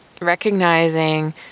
recognizing